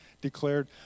declared